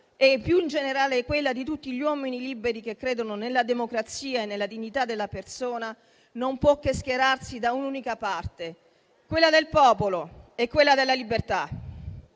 e, più in generale, quella di tutti gli uomini liberi, che credono nella democrazia e nella dignità della persona, non può che schierarsi da un'unica parte: quella del popolo e quella della libertà.